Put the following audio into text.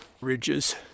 ridges